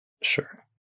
Sure